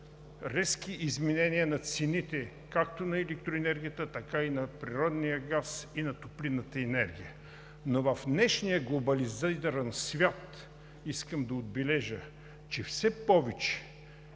резки изменения на цените както на електроенергията, така и на природния газ и топлинната енергия. В днешния глобализиран свят искам да отбележа, че все повече